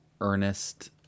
earnest